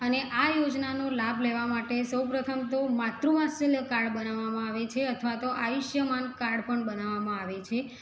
અને આ યોજનાનો લાભ લેવા માટે સૌ પ્રથમ તો માતૃ વાત્સલ્ય કાર્ડ બનાવવામાં આવે છે અથવા તો અયુષ્યમાન કાર્ડ પણ બનાવવામાં આવે છે